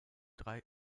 drei